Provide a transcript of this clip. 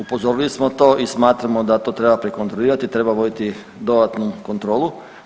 Upozorili smo to i smatramo da to treba prekontrolirati, treba voditi dodatnu kontrolu.